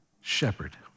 shepherd